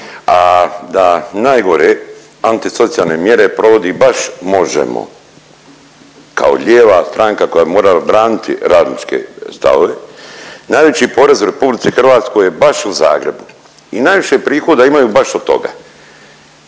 a da najgore antisocijalne mjere provodi baš Možemo! kao lijeva stranka koja mora obraniti radničke stavove. Najveći porez u RH je baš u Zagrebu i najviše prihoda imaju baš od toga.